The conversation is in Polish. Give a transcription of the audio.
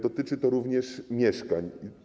Dotyczy to również mieszkań.